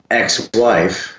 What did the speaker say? ex-wife